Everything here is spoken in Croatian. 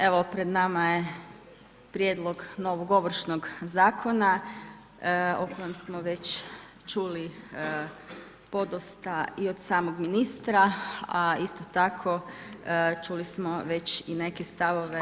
Evo pred nama je prijedlog novog ovršnog zakona o kojem smo već čuli podosta i od samog ministra, a isto tako čuli smo već i neke stavove.